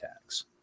attacks